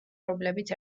რომლებიც